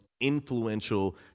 influential